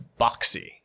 boxy